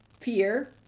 fear